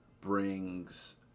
brings